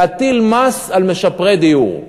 להטיל מס על משפרי דיור.